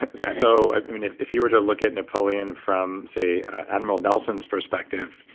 ah so ah if if you were to look at napoleon from say admiral nelson's perspective,